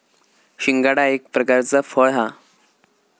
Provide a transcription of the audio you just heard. शिंगाडा एक प्रकारचा फळ हा